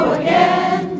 again